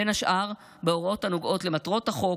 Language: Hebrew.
בין השאר בהוראות הנוגעות למטרות החוק,